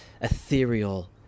ethereal